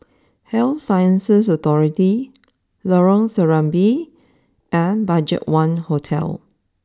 Health Sciences Authority Lorong Serambi and BudgetOne Hotel